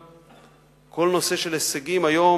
כל הנושא של הישגים היום,